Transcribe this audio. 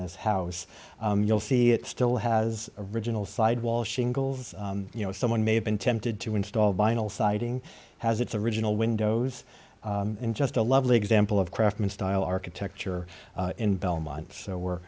this house you'll see it still has original sidewall shingles you know someone may have been tempted to install binal siding has its original windows in just a lovely example of craftsman style architecture in belmont so we're